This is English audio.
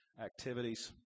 activities